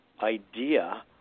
idea